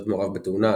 להיות מעורב בתאונה,